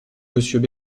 monsieur